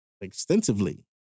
extensively